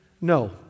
No